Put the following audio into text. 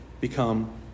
become